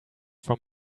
from